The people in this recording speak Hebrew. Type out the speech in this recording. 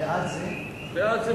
בעד זה